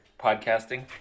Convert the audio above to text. podcasting